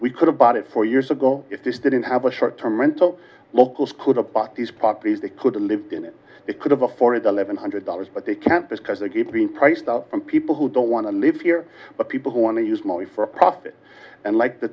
we could have bought it four years ago if this didn't have a short term rental locals could have bought these properties they could live in it it could have afforded eleven hundred dollars but they can't because they keep being priced out from people who don't want to live here but people who want to use money for a profit and like the